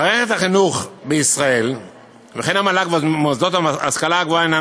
מערכת החינוך בישראל וכן המל"ג ומוסדות ההשכלה הגבוהה הן